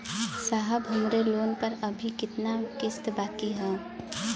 साहब हमरे लोन पर अभी कितना किस्त बाकी ह?